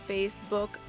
Facebook